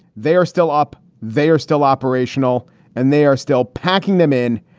they are still up. they are still operational and they are still packing them in,